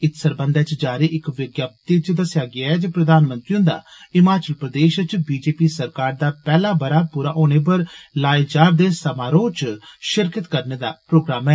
इत्त सरबंधै च जारी इक विज्ञप्ति च दस्सेआ गेआ ऐ जे प्रधानमंत्री हुन्दा हिमाचल प्रदेष च बी जे पी सरकार दा पैहला बरा पूरा होने उप्पर लाए जारदे समारोह च षिरकत करने दा प्रोग्राम ऐ